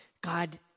God